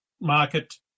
market